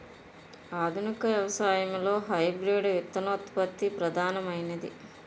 ఆధునిక వ్యవసాయంలో హైబ్రిడ్ విత్తనోత్పత్తి ప్రధానమైనది